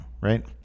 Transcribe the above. right